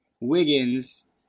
Wiggins